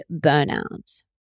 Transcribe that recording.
burnout